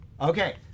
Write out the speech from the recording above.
Okay